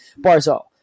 Barzal